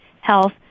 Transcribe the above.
health